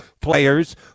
players